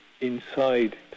inside